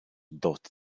dotted